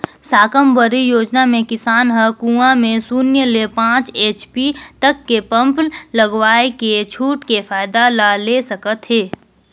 साकम्बरी योजना मे किसान हर कुंवा में सून्य ले पाँच एच.पी तक के पम्प लगवायके छूट के फायदा ला ले सकत है